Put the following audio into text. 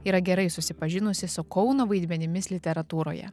yra gerai susipažinusi su kauno vaidmenimis literatūroje